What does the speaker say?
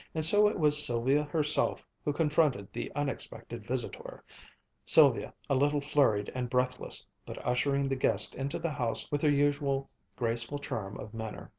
and so it was sylvia herself who confronted the unexpected visitor sylvia a little flurried and breathless, but ushering the guest into the house with her usual graceful charm of manner.